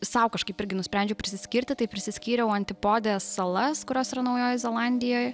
sau kažkaip irgi nusprendžiau prisiskirti tai prisiskyriau antipodės salas kurios yrs naujojoj zelandijoj